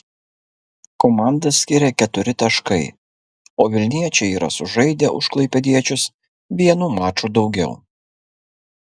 komandas skiria keturi taškai o vilniečiai yra sužaidę už klaipėdiečius vienu maču daugiau